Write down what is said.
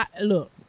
look